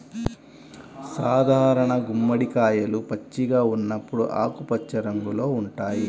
సాధారణ గుమ్మడికాయలు పచ్చిగా ఉన్నప్పుడు ఆకుపచ్చ రంగులో ఉంటాయి